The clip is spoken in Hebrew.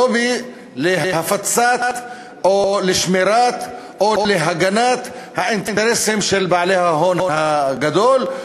לובי להפצת או לשמירת או להגנת האינטרסים של בעלי ההון הגדול.